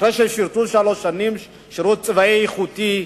אחרי שהם שירתו שלוש שנים שירות צבאי איכותי,